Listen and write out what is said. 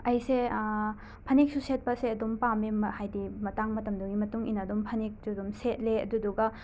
ꯑꯩꯁꯦ ꯐꯅꯦꯛꯁꯨ ꯁꯦꯠꯄꯁꯦ ꯑꯗꯨꯝ ꯄꯥꯝꯃꯦꯕ ꯍꯥꯏꯗꯤ ꯃꯇꯥꯡ ꯃꯇꯝꯗꯨꯒꯤ ꯃꯇꯨꯡ ꯏꯟꯅ ꯑꯗꯨꯝ ꯐꯅꯦꯛꯆꯨ ꯑꯗꯨꯝ ꯁꯦꯠꯂꯦ ꯑꯗꯨꯗꯨꯒ